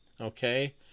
Okay